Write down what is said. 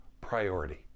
priority